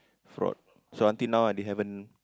fraud so until now ah they haven't